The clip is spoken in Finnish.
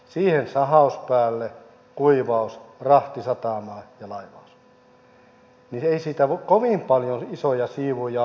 siihen sahaus päälle kuivaus rahti satamaan ja laivaus niin ei siitä kovin paljon isoja siivuja ole otettavissa sieltäkään